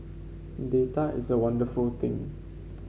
data is a wonderful thing